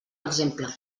exemple